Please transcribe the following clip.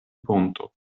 ponto